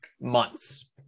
months